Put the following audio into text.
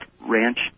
ranch